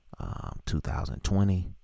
2020